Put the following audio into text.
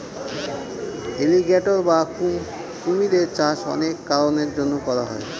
alligator বা কুমিরের চাষ অনেক কারনের জন্য করা হয়